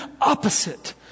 opposite